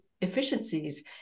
efficiencies